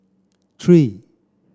three